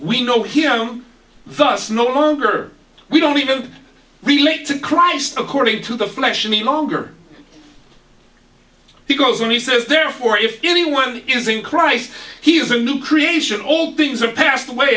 we know him thus no longer we don't even relate to christ according to the flesh any longer he goes on he says therefore if anyone is in christ he is a new creation old things are passed away